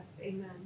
Amen